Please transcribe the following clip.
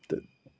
تہٕ